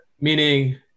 Meaning